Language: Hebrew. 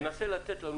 תנסה לתת לנו